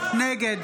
נגד